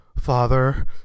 Father